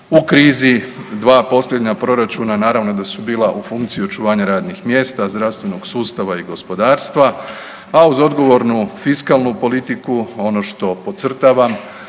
u krizi, 2 posljednja proračuna, naravno da su bila u funkciju očuvanja radnih mjesta, zdravstvenog sustava i gospodarstva, a uz odgovornu fiskalnu politiku, ono što podcrtavam